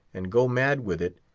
and go mad with it,